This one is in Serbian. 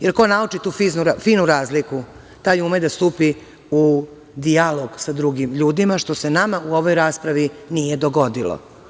Jer, ko nauči tu finu razliku, taj ume da stupi u dijalog sa drugim ljudima, što se nama u ovoj raspravi nije dogodilo.